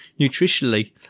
nutritionally